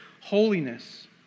holiness